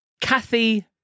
Kathy